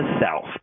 south